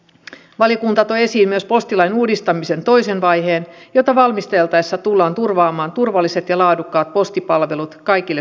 valiokunta toi esiin myös postilain uudistamisen toisen vaiheen jota valmisteltaessa tullaan turvaamaan turvalliset ja laadukkaat postipalvelut kaikille suomalaisille